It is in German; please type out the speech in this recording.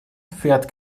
fährt